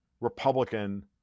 Republican